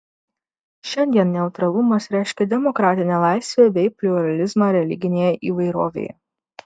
šiandien neutralumas reiškia demokratinę laisvę bei pliuralizmą religinėje įvairovėje